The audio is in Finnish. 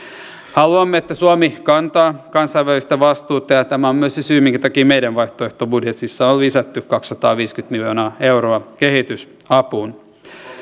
haluamme että suomi kantaa kansainvälistä vastuuta ja tämä on myös se syy minkä takia meidän vaihtoehtobudjetissamme on lisätty kaksisataaviisikymmentä miljoonaa euroa kehitysapuun